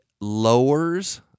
lowers